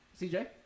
CJ